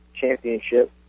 championship